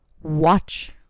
watch